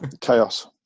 chaos